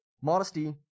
Modesty